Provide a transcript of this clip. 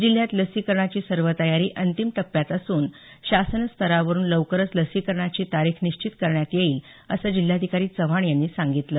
जिल्ह्यात लसीकरणाची सर्व तयारी अंतिम टप्प्यात असून शासनस्तरावरून लवकरच लसीकरणाची तारीख निश्चित करण्यात येईल असं जिल्हाधिकारी चव्हाण यांनी सांगितलं